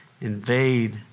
invade